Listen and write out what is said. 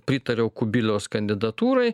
pritariau kubiliaus kandidatūrai